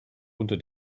unter